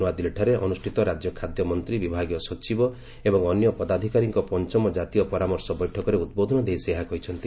ନୂଆଦିଲ୍ଲୀଠାରେ ଅନୁଷ୍ଠିତ ରାଜ୍ୟ ଖାଦ୍ୟମନ୍ତ୍ରୀ ବିଭାଗୀୟ ସଚିବ ଏବଂ ଅନ୍ୟ ପଦାଧିକାରୀଙ୍କ ପଞ୍ଚମ ଜାତୀୟ ପରାମର୍ଶ ବୈଠକରେ ଉଦ୍ବୋଧନ ଦେଇ ସେ ଏହା କହିଛନ୍ତି